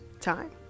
time